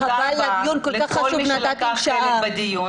תודה רבה לכל מי שלקח חלק בדיון.